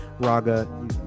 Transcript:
Raga